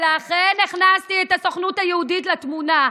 ולכן הכנסתי את הסוכנות היהודית לתמונה.